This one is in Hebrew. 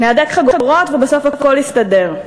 נהדק חגורות ובסוף הכול יסתדר.